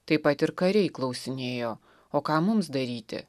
taip pat ir kariai klausinėjo o ką mums daryti